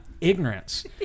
ignorance